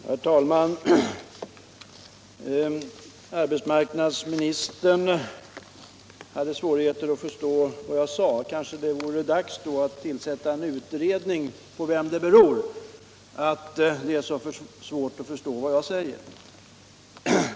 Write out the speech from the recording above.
Herr talman! Arbetsmarknadsministern hade svårt att förstå vad jag sade. Kanske det vore dags då att tillsätta en utredning för att klara ut på vem det beror att det är så svårt att förstå vad jag säger?